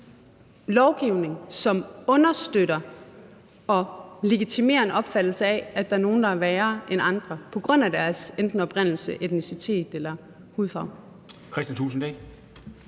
lovgivning, som understøtter og legitimerer en opfattelse af, at der er nogle, der er værre end andre på grund af enten deres oprindelse, etnicitet eller hudfarve. Kl.